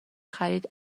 خرید